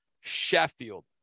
Sheffield